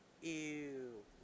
Ew